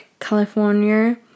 California